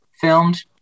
filmed